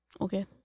Okay